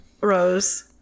Rose